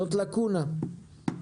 זאת לקונה,